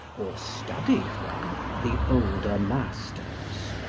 or study from, the older masters.